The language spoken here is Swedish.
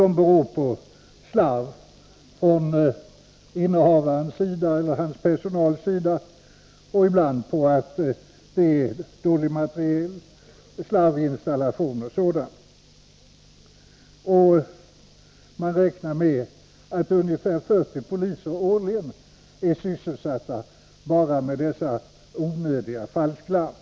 Det beror på slarv från innehavarens eller personalens sida, och ibland beror det på dålig materiel, slarvigt gjorda installationer, m.m. Man räknar med att ungefär 40 poliser årligen är sysselsatta med enbart dessa onödiga falsklarm.